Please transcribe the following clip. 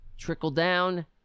trickle-down